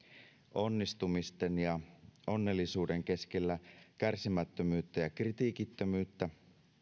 onnistumisten ja onnellisuuden keskellä kärsimättömyyttä ja kritiikittömyyttä